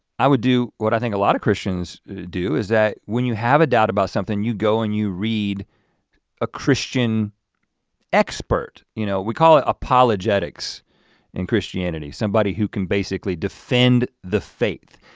i would do what i think a lot of christians do, is that when you have a doubt about something, you go and you read a christian expert. you know we call it apologetics in christianity. somebody who can basically defend the faith.